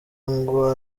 ngo